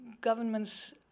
governments